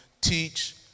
teach